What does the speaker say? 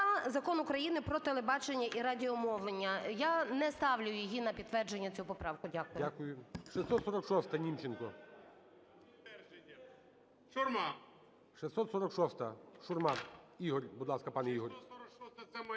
Закон України "Про телебачення і радіомовлення". Я не ставлю її на підтвердження цю поправку. Дякую.